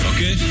Okay